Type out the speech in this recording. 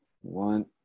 one